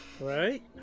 Right